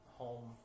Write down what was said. home